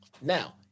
now